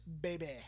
baby